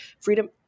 freedom